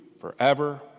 forever